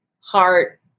heart